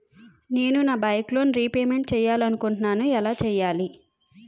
నేను నా bike loan repayment చేయాలనుకుంటున్నా ఎలా చేయాలి?